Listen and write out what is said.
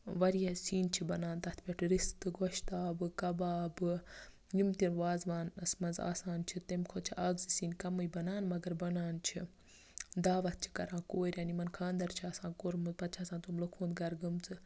وارِیاہ سِنۍ چھِ بَنان تَتھ پٮ۪ٹھ رِستہٕ گۄشتابہٕ کَبابہٕ یِم تہِ وازٕوانَس منٛز آسان چھِ تَمہِ کھۅتہٕ چھِ اَکھ زٕ سِنۍ کَمٕے بَنان مَگَر بَنان چھِ داوَتھ چھِ کَران کورٮ۪ن یِمَن خانٛدَر چھِ آسان کوٚرمُت پَتہٕ چھِ آسان تِم لوٗکہٕ ہُنٛد گرٕ گٲمٕژٔ